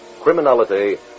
Criminality